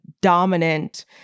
dominant